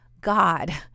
God